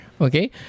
okay